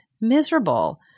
miserable